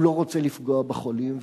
הוא לא רוצה לפגוע בחולים.